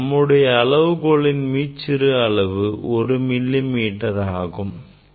நம்முடைய அளவுகோலின் மீச்சிறு அளவு ஒரு மில்லி மீட்டராகும்